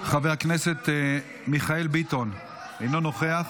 חבר הכנסת מיכאל ביטון, אינו נוכח?